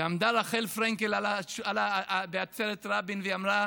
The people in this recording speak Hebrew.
ועמדה רחל פרנקל בעצרת רבין ואמרה: